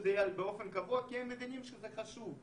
שזה יהיה באופן קבוע כי הם מבינים שזה חשוב.